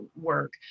work